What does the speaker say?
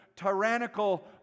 tyrannical